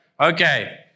Okay